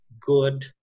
good